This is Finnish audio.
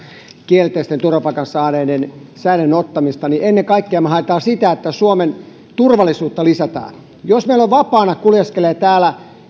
kielteisen turvapaikkapäätöksen saaneiden säilöön ottamista niin ennen kaikkea me haemme sitä että suomen turvallisuutta lisätään jos meillä kuljeskelee täällä vapaana